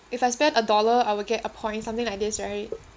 if I spend a dollar I will get a point something like this right